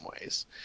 ways